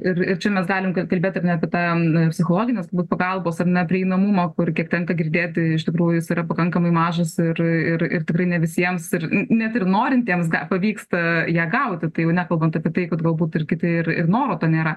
ir ir čia mes galim kad kalbėt ir ne apie tam psichologinės pagalbos ar ne prieinamumo kur kiek tenka girdėti iš tikrųjų jis yra pakankamai mažas ir ir ir tikrai ne visiems ir net ir norintiems ga pavyksta ją gauti tai jau nekalbant apie tai kad galbūt ir kiti ir noro to nėra